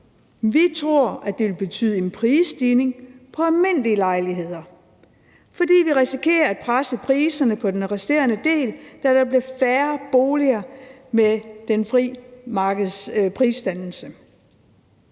Vi tror, at det vil betyde en prisstigning på almindelige lejligheder, fordi det risikerer at presse priserne på den resterende del, da der bliver færre boliger med den fri markedsprisdannelse.